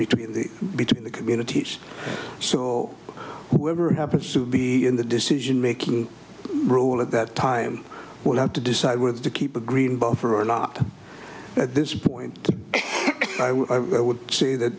between between the communities so whoever happens to be in the decision making rule at that time would have to decide whether to keep a green vote for or not at this point i would say that